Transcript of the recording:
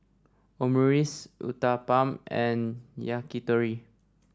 Omurice Uthapam and Yakitori